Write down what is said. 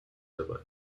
dabei